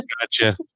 Gotcha